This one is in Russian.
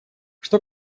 что